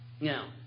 Now